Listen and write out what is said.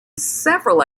several